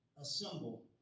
assemble